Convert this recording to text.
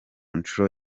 nshuro